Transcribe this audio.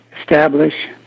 establish